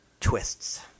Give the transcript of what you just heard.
twists